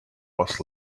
was